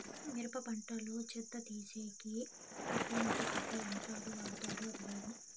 మిరప పంట లో చెత్త తీసేకి ఎట్లాంటి కొత్త యంత్రాలు వాడుతారు అవి ఏవి?